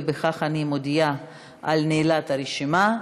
ובכך אני מודיעה על נעילת הרשימה.